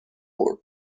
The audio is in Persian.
برد